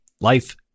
life